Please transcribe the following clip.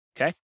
Okay